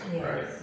Right